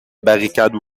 barricade